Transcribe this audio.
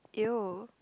!ew!